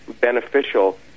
beneficial